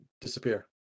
disappear